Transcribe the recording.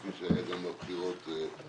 כפי שהיה גם בבחירות הקודמות.